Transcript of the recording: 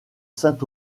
saint